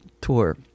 tour